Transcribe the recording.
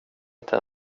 inte